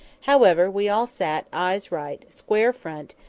however, we all sat eyes right, square front,